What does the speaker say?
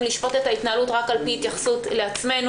לשפוט את ההתנהלות רק על פי התייחסות לעצמנו.